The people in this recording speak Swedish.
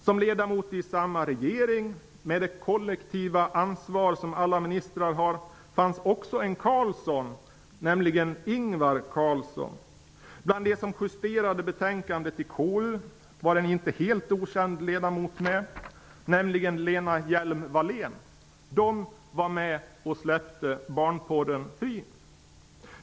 Som ledamot i samma regering, med det kollektiva ansvar som alla ministrar har, fanns också en Carlsson, nämligen Ingvar Carlsson. Bland dem som justerade betänkandet i konstitutionsutskottet var en inte helt okänd ledamot, nämligen Lena Hjelm-Wallén. De var med och släppte barnporren fri.